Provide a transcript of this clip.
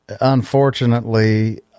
unfortunately